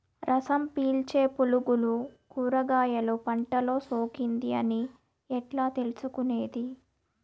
రసం పీల్చే పులుగులు కూరగాయలు పంటలో సోకింది అని ఎట్లా తెలుసుకునేది?